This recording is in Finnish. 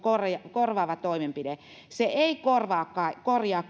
korjaava toimenpide se ei korjaa